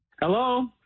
Hello